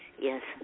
yes